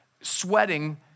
sweating